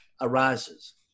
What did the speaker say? arises